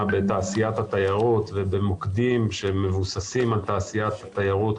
בתעשיית התיירות ובמוקדים שמבוססים על תיירות,